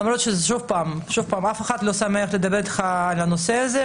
למרות שאף אחד לא שמח לדבר איתך על הנושא הזה,